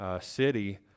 city